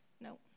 No